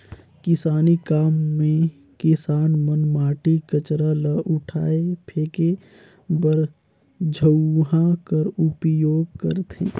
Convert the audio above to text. किसानी काम मे किसान मन माटी, कचरा ल उठाए फेके बर झउहा कर उपियोग करथे